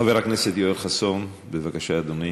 חבר הכנסת יואל חסון, בבקשה, אדוני,